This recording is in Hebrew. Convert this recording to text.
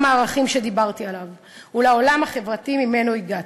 הערכים שדיברתי עליו ולעולם החברתי שממנו הגעתי.